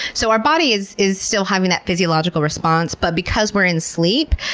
so our body is is still having that physiological response, but because we're in sleep,